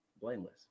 blameless